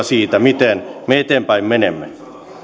siitä miten me eteenpäin menemme